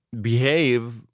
behave